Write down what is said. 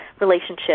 relationship